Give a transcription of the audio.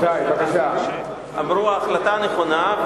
אמרו: ההחלטה נכונה,